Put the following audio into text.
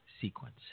sequence